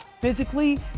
physically